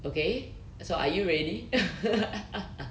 okay so are you ready